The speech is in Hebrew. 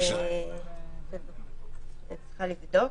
אני צריכה לבדוק.